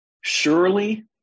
Surely